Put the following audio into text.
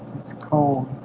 it's cold